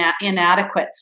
inadequate